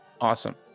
Awesome